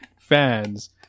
fans